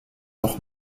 noch